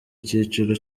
icyiciro